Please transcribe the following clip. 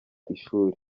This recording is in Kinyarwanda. ishuri